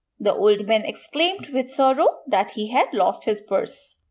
the old man exclaimed with sorrow that he had lost his purse.